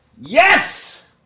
Yes